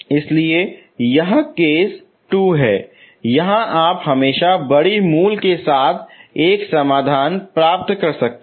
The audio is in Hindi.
इसलिए यह केस 2 है जहां आप हमेशा बड़ी मूल के लिए एक समाधान प्राप्त कर सकते हैं